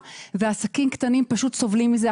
עסקים קטנים פשוט סובלים מזה.